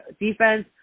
defense